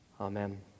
Amen